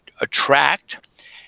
attract